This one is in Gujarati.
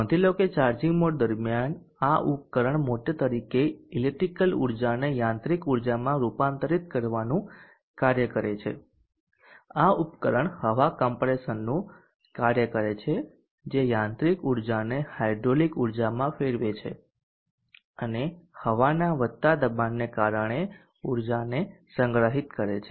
નોંધ લો કે ચાર્જિંગ મોડ દરમિયાન આ ઉપકરણ મોટર તરીકે ઈલેક્ટ્રીકલ ઉર્જાને યાંત્રિક ઉર્જામાં રૂપાંતરિત કરવાનું કાર્ય કરે છે આ ઉપકરણ હવા કમ્પ્રેસરનું કાર્ય કરે છે જે યાંત્રિક ઉર્જાને હાઇડ્રોલિક ઉર્જામાં ફેરવે છે અને હવાના વધતા દબાણને કારણે ઊર્જાને સંગ્રહિત કરે છે